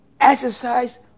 exercise